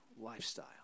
lifestyle